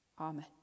amen